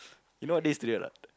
you know what day is today or not